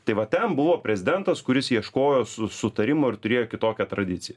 tai va ten buvo prezidentas kuris ieškojo su su sutarimo ir turėjo kitokią tradiciją